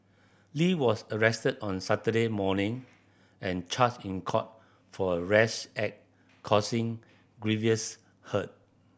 Lee was arrested on Saturday morning and charged in court for a rash act causing grievous hurt